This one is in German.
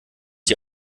die